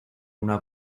una